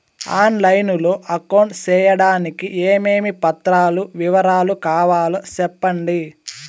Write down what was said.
On line లో account సేయడానికి ఏమేమి పత్రాల వివరాలు కావాలో సెప్పండి?